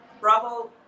Bravo